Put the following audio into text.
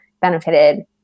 benefited